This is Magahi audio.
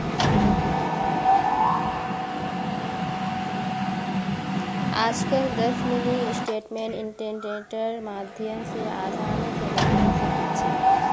आजकल दस मिनी स्टेटमेंट इन्टरनेटेर माध्यम स आसानी स दखवा सखा छी